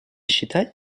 считать